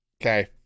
Okay